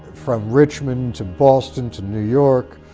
from richmond, to boston to new york,